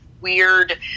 weird